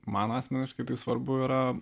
man asmeniškai tai svarbu yra